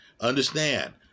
understand